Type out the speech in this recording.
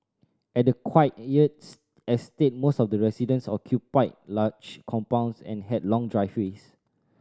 at the quiet estate most of the residence occupied large compounds and had long driveways